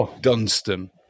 Dunstan